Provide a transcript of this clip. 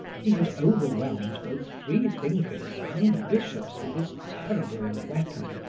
he had overwhelmed both free thinkers and bishops with this terrible weapon,